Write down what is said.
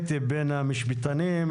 בין המשפטנים,